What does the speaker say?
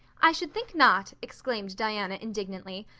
i should think not, exclaimed diana indignantly.